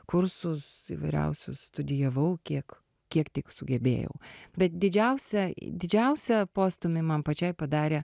kursus įvairiausius studijavau kiek kiek tik sugebėjau bet didžiausią i didžiausią postūmį man pačiai padarė